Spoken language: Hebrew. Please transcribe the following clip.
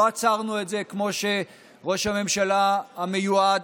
לא עצרנו את זה כמו שראש הממשלה המיועד